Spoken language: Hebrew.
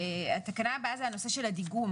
התקנה הבאה זה הנושא של הדיגום,